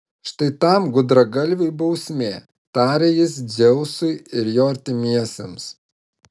štai tam gudragalviui bausmė tarė jis dzeusui ir jo artimiesiems